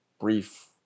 brief